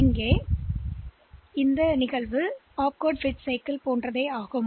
நடவடிக்கைகளை அதிகமாகவோ அல்லது குறைவாகவோ போன்றே இருந்தது